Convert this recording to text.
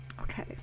Okay